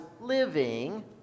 living